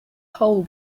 whole